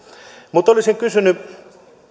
sattuu olisin kysynyt